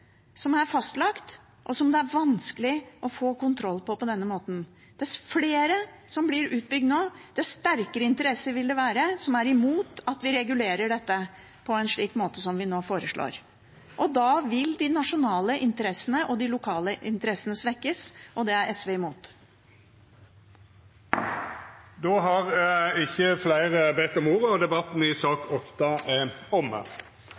som er fastlagt, og som det er vanskelig å få kontroll på på denne måten. Jo flere som blir utbygd nå, desto sterkere interesser vil det være som er imot at vi regulerer dette på en slik måte som vi nå foreslår. Da vil både de nasjonale og de lokale interessene svekkes, og det er SV imot. Fleire har ikkje bedt om ordet til sak nr. 8. Etter ynske frå transport- og